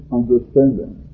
understanding